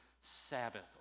Sabbath